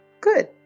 Good